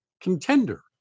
contender